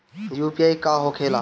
UPI का होखेला?